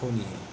ہونی ہے